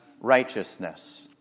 righteousness